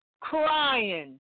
crying